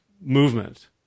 movement